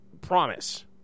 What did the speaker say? promise